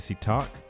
Talk